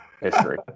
History